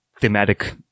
thematic